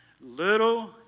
Little